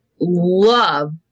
love